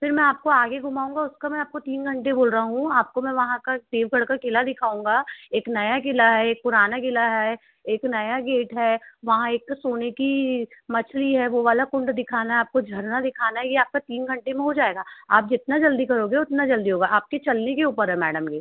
फ़िर मैं आपको आगे घुमाऊँगा उसका मैं आपको तीन घंटे बोल रहा हूँ आपको मैं वहाँ का देवगढ़ का किला दिखाऊँगा एक नया किला है एक पुराना किला है एक नया गेट है वहाँ एक सोने की मछली है वह वाला कुंड दिखाना है आपको झरना दिखाना है यह आपका तीन घंटे में हो जाएगा आप जितना जल्दी करोगे उतना जल्दी होगा आपके चलने के ऊपर है मैडम यह